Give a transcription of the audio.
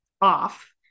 off